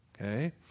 okay